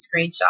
screenshot